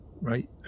right